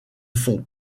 font